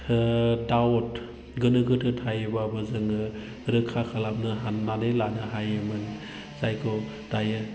doubt गोनो गोथो थायोबाबो जोङो रोखा खालामनो हानानै लानो हायोमोन जायखौ दायो